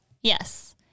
Yes